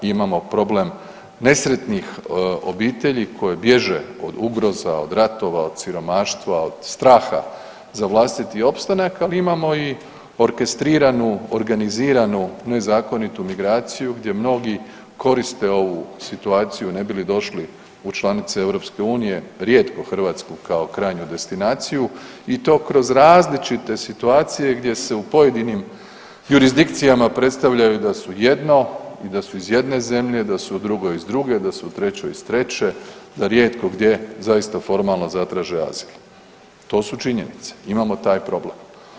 Imamo problem nesretnih obitelji koje bježe od ugroza, od ratova, od siromaštva, od straha za vlastiti opstanak, ali imamo i orkestriranu organiziranu nezakonitu migraciju gdje mnogi koriste ovu situaciju ne bi li došli u članice Europske unije, rijetko Hrvatsku kao krajnju destinaciju i to kroz različite situacije gdje se u pojedinim jurisdikcijama predstavljaju da su jedno i da su iz jedne zemlje, da su u drugoj iz drugoj, da su u trećoj iz treće, da rijetko gdje zaista formalno zatraže azil to su činjenice, imamo taj problem.